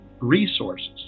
Resources